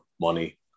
money